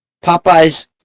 Popeye's